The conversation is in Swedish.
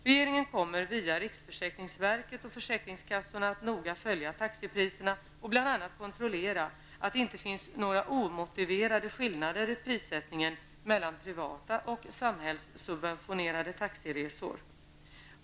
Regeringen kommer via riksförsäkringsverket och försäkringskassorna att noga följa taxipriserna och bl.a. kontrollera att det inte finns några omotiverade skillnader i prissättningen mellan privata och samhällssubventionerade taxiresor.